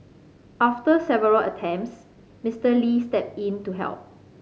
after several attempts Mister Lee stepped in to help